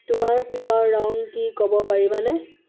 তোমাৰ প্ৰিয় ৰং কি ক'ব পাৰিবানে